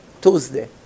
Tuesday